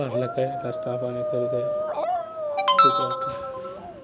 पढ़लकय नस्ता पानि कयलकै ठीक रहतय